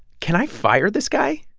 can i fire this guy?